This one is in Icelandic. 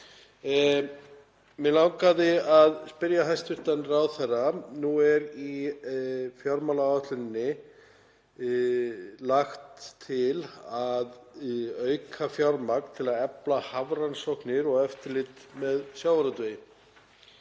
Mig langaði að spyrja hæstv. ráðherra: Nú er í fjármálaáætluninni lagt til að auka fjármagn til að efla hafrannsóknir og eftirlit með sjávarútvegi.